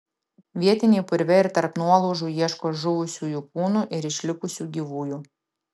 vietiniai purve ir tarp nuolaužų ieško žuvusiųjų kūnų ir išlikusių gyvųjų